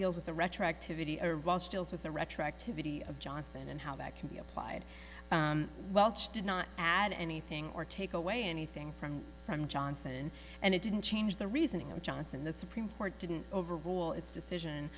deals with the retroactivity a with the retroactivity of johnson and how that can be applied welsh did not add anything or take away anything from from johnson and it didn't change the reasoning of johnson the supreme court didn't overrule its decision